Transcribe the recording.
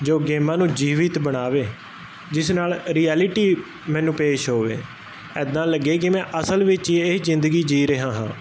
ਜੋ ਗੇਮਾਂ ਨੂੰ ਜੀਵਿਤ ਬਣਾਵੇ ਜਿਸ ਨਾਲ ਰਿਐਲਿਟੀ ਮੈਨੂੰ ਪੇਸ਼ ਹੋਵੇ ਇਦਾਂ ਲੱਗੇ ਕਿ ਮੈਂ ਅਸਲ ਵਿੱਚ ਇਹੀ ਜਿੰਦਗੀ ਜੀਅ ਰਿਹਾ ਹਾਂ